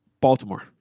Baltimore